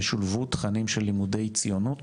ישולבו תכנים של לימודי ציונות